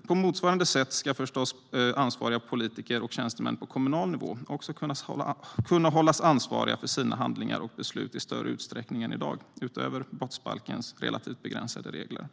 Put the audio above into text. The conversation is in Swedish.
På motsvarande sätt ska förstås ansvariga politiker och tjänstemän på kommunal nivå också kunna hållas ansvariga för sina handlingar och beslut i större utsträckning än i dag, utöver brottsbalkens relativt begränsade regler.